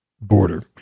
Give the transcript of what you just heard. border